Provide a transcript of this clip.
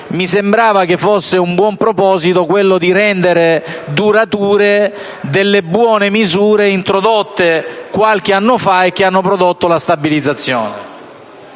Mi sembrava fosse un buon proposito rendere durature delle buone misure introdotte qualche anno fa che hanno prodotto stabilizzazione.